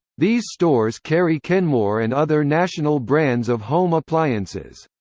these stores carry kenmore and other national brands of home appliances.